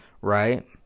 right